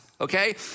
okay